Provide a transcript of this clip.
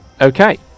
Okay